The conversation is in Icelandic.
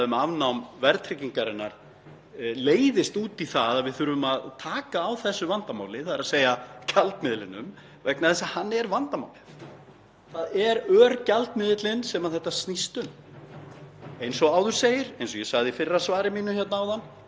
Það er örgjaldmiðillinn sem þetta snýst um. Eins og áður segir, eins og ég sagði í fyrra svari mínu hér áðan, þá eru auðvitað til aðrar leiðir til að skipta um gjaldmiðil. Það er hægt að taka upp bandaríkjadal eða sterlingspund eða kanadadollara eða norska krónu,